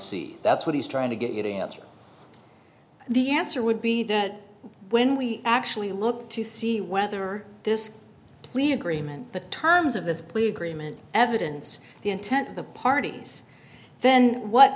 see that's what he's trying to get you to answer the answer would be that when we actually look to see whether this plea agreement the terms of this plea agreement evidence the intent of the parties then what